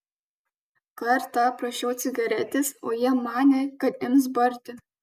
kartą prašiau cigaretės o jie mane kad ims barti